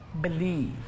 believe